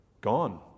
gone